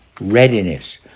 readiness